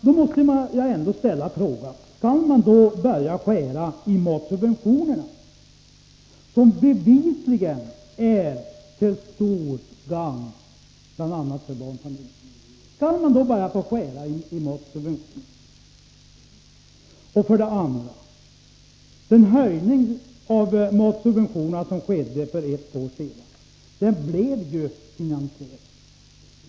Då måste jag ställa en fråga: Skall man börja skära ned matsubventionerna, som bevisligen är till stor gagn för bl.a. barnfamiljerna? Den höjning av matsubventionerna som genomfördes för ett år sedan blev finansierad.